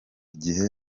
gihe